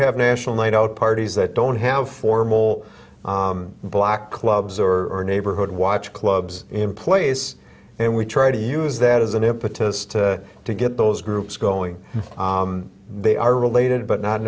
have national night out parties that don't have formal black clubs or neighborhood watch clubs in place and we try to use that as an impetus to to get those groups going they are related but not